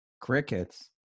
crickets